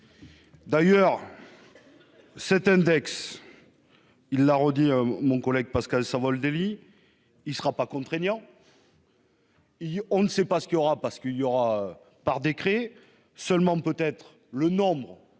D'ailleurs. Cet index. Il l'a redit, mon collègue Pascal Savoldelli il sera pas contraignant. On ne sait pas ce qu'il y aura parce qu'il y aura par décret seulement peut être le nombre